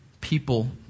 people